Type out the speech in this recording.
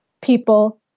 people